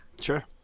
sure